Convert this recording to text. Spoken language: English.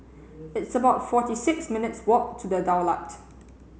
it's about forty six minutes walk to The Daulat